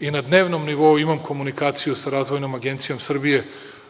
Na dnevnom nivou imam komunikaciju sa Razvojnom agencijom Srbije